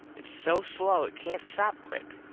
its so slow it cant stop quick.